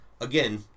again